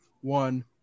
one